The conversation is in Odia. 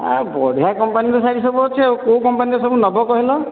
ଆ ବଢ଼ିଆ କମ୍ପାନିର ଶାଢ଼ୀ ସବୁ ଅଛି ଆଉ କୋଉ କମ୍ପାନିର ସବୁ ନବ କହିଲ